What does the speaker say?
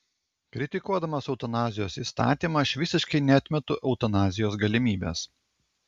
kritikuodamas eutanazijos įstatymą aš visiškai neatmetu eutanazijos galimybės